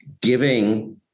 giving